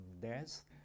death